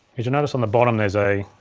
is you notice on the bottom there's a,